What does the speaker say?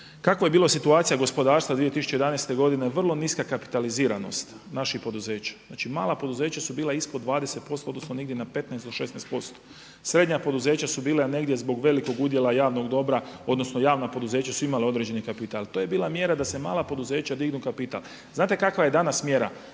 Kakva je bila situacija gospodarstva 2011. godine vrlo niska kapitaliziranost naših poduzeća. Znači mala poduzeća su bila ispod 20% odnosno negdje na 15 do 16%, srednja poduzeća su bila negdje zbog velikog udjela javnog dobra odnosno javna poduzeća su imala određeni kapital. To je bila mjera da se mala poduzeća dignu kapital. Znate kakva je danas mjera?